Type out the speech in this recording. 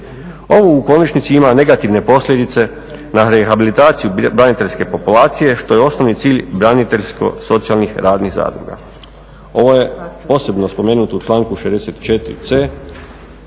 Ovo u konačnici ima negativne posljedice na rehabilitaciju braniteljske populacije što je osnovni cilj braniteljsko socijalnih radnih zadruga. Ovo je posebno spomenuto u članku 64.c